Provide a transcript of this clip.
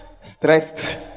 stressed